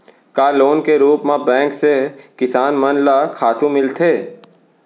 का लोन के रूप मा बैंक से किसान मन ला खातू मिलथे?